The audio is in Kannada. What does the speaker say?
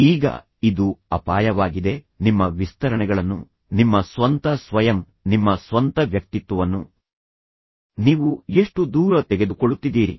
ಈಗ ಇದು ಅಪಾಯವಾಗಿದೆ ನಿಮ್ಮ ವಿಸ್ತರಣೆಗಳನ್ನು ನಿಮ್ಮ ಸ್ವಂತ ಸ್ವಯಂ ನಿಮ್ಮ ಸ್ವಂತ ವ್ಯಕ್ತಿತ್ವವನ್ನು ನೀವು ಎಷ್ಟು ದೂರ ತೆಗೆದುಕೊಳ್ಳುತ್ತಿದ್ದೀರಿ